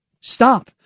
Stop